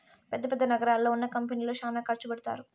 పెద్ద పెద్ద నగరాల్లో ఉన్న కంపెనీల్లో శ్యానా ఖర్చు పెడతారు